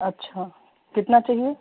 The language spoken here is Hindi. अच्छा कितना चाहिए